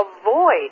avoid